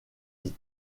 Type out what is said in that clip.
dit